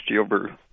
over